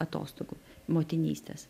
atostogų motinystės